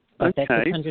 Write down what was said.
Okay